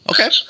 Okay